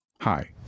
Hi